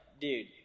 dude